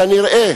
כנראה